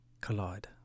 collide